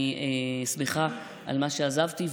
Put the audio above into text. אני שמחה על מה שעזבתי,